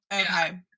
Okay